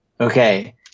Okay